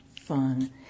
fun